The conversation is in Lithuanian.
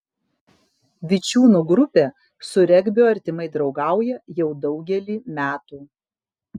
vičiūnų grupė su regbiu artimai draugauja jau daugelį metų